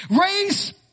race